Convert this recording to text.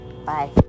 Bye